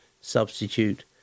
substitute